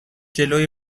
جلوی